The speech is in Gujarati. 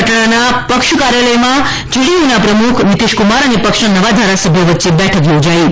પટણાના પક્ષ કાર્યાલયમાં જેડી યુ ના પ્રમુખ નીતીશ કુમાર અને પક્ષના નવા ધારાસભ્યો વચ્ચે મેઠક યોજાઇ છે